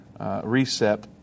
Recep